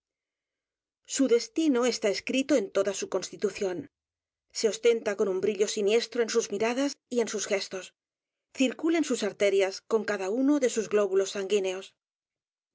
su destino está escrito eñ toda su constitución se ostenta con u n brillo siniestro en sus m i r a d a s y en s u s gestos circula en s u s arterias con cada uno de sus glóbulos sanguíneos